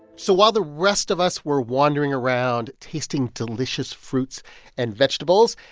so while the rest of us were wandering around, tasting delicious fruits and vegetables,